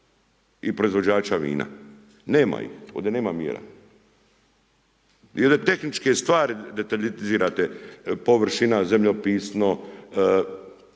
i proizvođača vina? Nema ih. Ovdje nema mjera. Jedne tehničke stvari detaljitizirate, površina, zemljopisno, imamo